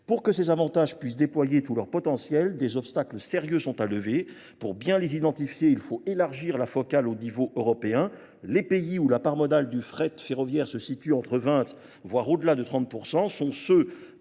Pour que ces avantages puissent déployer tout leur potentiel, des obstacles sérieux sont à lever. Pour bien les identifier, il faut élargir la focale au niveau européen. Les pays où la part modale du fret ferroviaire se situe entre 20 voire au delà de 30% sont ceux